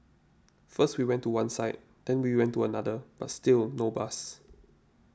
first we went to one side then we went to another but still no bus